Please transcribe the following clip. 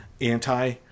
anti